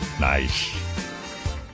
Nice